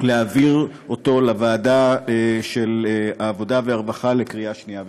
להעביר אותו לוועדת העבודה והרווחה לקריאה שנייה ושלישית.